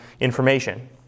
information